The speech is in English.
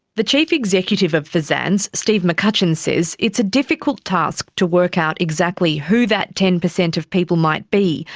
the chief executive of fsanz, steve mccutcheon, says it's a difficult task to work out exactly who that ten percent of people might be,